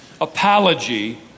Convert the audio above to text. apology